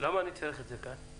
--- למה אני צריך את זה כאן?